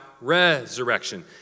resurrection